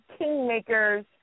kingmakers